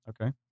Okay